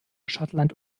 schottland